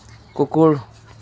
কুকুৰ